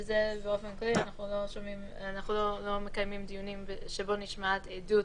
שזה באופן כללי אנחנו לא מקיימים דיונים שבהם נשמעת עדות,